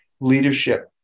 leadership